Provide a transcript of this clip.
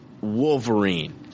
Wolverine